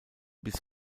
bis